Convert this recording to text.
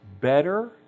better